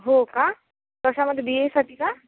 हो का कशामध्ये बी एसाठी का